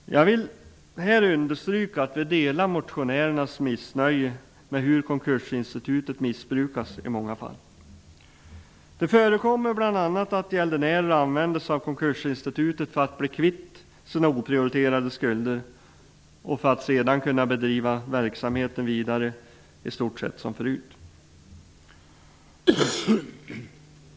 Jag vill understryka att vi delar motionärernas missnöje med hur konkursinstitutet missbrukas i många fall. Det förekommer bl.a. att gäldenärer använder sig av konkursinstitutet för att bli kvitt sina oprioriterade skulder, för att sedan kunna driva verksamheten vidare i stort sett som förut.